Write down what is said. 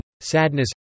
sadness